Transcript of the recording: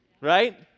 right